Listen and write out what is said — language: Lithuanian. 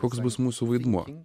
koks bus mūsų vaidmuo